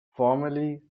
formally